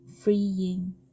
freeing